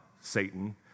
Satan